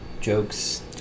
jokes